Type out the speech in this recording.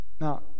Now